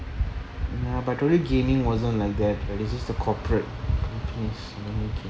by the way gaming wasn't like that this is the corporate things